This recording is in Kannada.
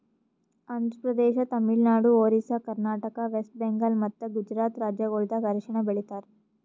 ಆಂಧ್ರ ಪ್ರದೇಶ, ತಮಿಳುನಾಡು, ಒರಿಸ್ಸಾ, ಕರ್ನಾಟಕ, ವೆಸ್ಟ್ ಬೆಂಗಾಲ್ ಮತ್ತ ಗುಜರಾತ್ ರಾಜ್ಯಗೊಳ್ದಾಗ್ ಅರಿಶಿನ ಬೆಳಿತಾರ್